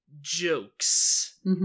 jokes